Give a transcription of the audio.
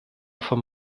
vom